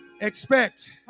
expect